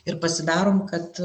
ir pasidarom kad